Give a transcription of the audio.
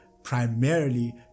primarily